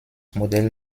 modell